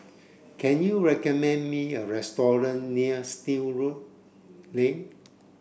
can you recommend me a restaurant near Still Lane